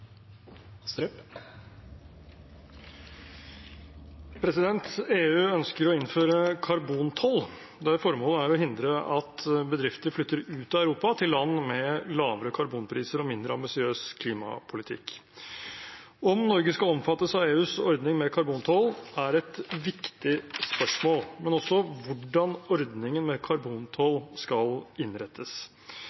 Europa til land med lavere karbonpriser og mindre ambisiøs klimapolitikk. Om Norge skal omfattes av EUs ordning med karbontoll, er et viktig spørsmål, men også hvordan ordningen med